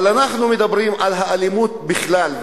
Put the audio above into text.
אבל אנחנו מדברים על האלימות בכלל,